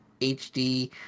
HD